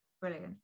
Brilliant